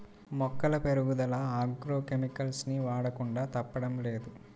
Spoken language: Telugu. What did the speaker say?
మొక్కల పెరుగుదల ఆగ్రో కెమికల్స్ ని వాడకుండా తప్పడం లేదు